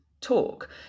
talk